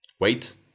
wait